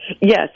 Yes